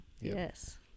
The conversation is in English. Yes